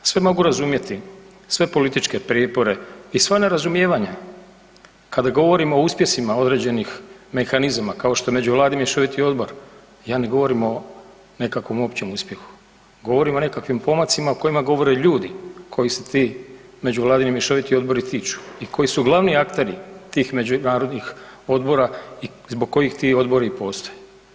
Sve mogu razumjeti, sve političke prijepore i sva nerazumijevanja kada govorimo o uspjesima određenih mehanizama kao što je međuvladin mješoviti odbor, ja ne govorim o nekakvom općem uspjehu, govorim o nekakvim pomacima o kojima govore ljudi koji se ti međuvladini mješoviti odbori tiču i koji su glavni akteri tih međunarodnih odbora i zbog kojih ti odbore i postoje.